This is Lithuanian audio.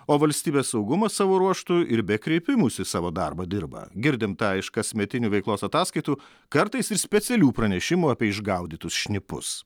o valstybės saugumas savo ruožtu ir be kreipimųsi savo darbą dirba girdim tą iš kasmetinių veiklos ataskaitų kartais ir specialių pranešimų apie išgaudytus šnipus